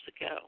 ago